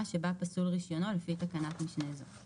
שבה פסול רישיונו לפי תקנת משנה זו";